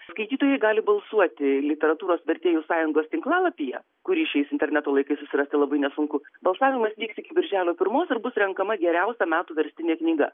skaitytojai gali balsuoti literatūros vertėjų sąjungos tinklalapyje kurį šiais interneto laikais susirasti labai nesunku balsavimas vyks iki birželio pirmos ir bus renkama geriausia metų verstinė knyga